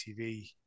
TV